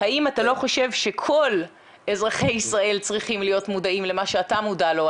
האם אתה לא חושב שכל אזרחי ישראל צריכים להיות מודעים למה שאתה מודע לו,